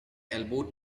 elbowed